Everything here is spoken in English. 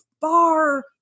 far